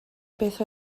beth